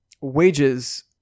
Wages